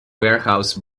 warehouse